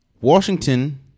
Washington